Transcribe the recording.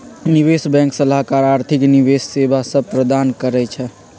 निवेश बैंक सलाहकार आर्थिक निवेश सेवा सभ प्रदान करइ छै